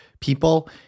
people